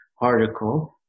article